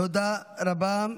תודה רבה.